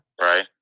Right